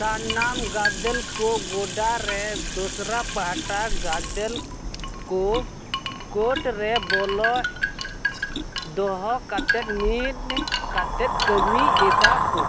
ᱥᱟᱱᱟᱢ ᱜᱟᱫᱮᱞ ᱠᱚ ᱜᱳᱰᱟ ᱨᱮ ᱫᱚᱥᱨᱟ ᱯᱟᱦᱴᱟ ᱜᱟᱫᱮᱞ ᱠᱚ ᱠᱳᱨᱴ ᱨᱮ ᱵᱚᱞᱚ ᱫᱚᱦᱚ ᱠᱟᱛᱮᱫ ᱢᱤᱫ ᱠᱟᱛᱮᱫ ᱠᱟᱹᱢᱤᱭᱮᱫᱟ ᱠᱚ